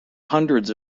hundreds